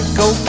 go